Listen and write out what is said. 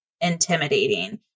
intimidating